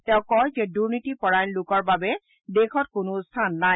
তেওঁ কয় যে দুৰ্নীতি পৰায়ণ লোকৰ বাবে দেশত কোনো স্থান নাই